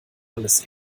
alles